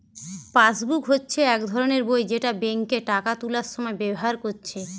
passbook হচ্ছে এক ধরণের বই যেটা বেঙ্কে টাকা তুলার সময় ব্যাভার কোরছে